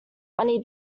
money